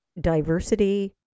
diversity